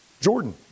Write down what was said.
Jordan